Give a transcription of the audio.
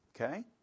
Okay